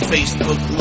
Facebook